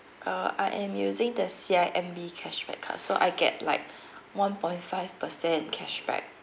uh I am using the C_I_M_B cashback card so I get like one point five percent cashback